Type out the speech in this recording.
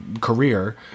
career